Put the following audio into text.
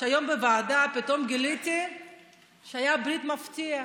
שהיום בוועדה פתאום גיליתי שהייתה ברית מפתיעה